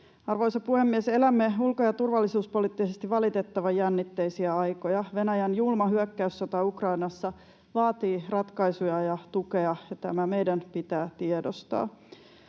Arvoisa puhemies! Elämme ulko- ja turvallisuuspoliittisesti valitettavan jännitteisiä aikoja. Venäjän julma hyökkäyssota Ukrainassa vaatii ratkaisuja ja tukea, ja tämä meidän pitää tiedostaa.